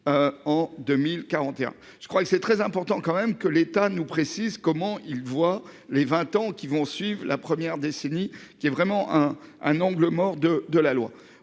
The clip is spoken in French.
En 2041, je crois que c'est très important quand même que l'État nous précise comment il voit les 20 ans qui vont suivre la première décennie qui est vraiment un, un angle mort de de la loi.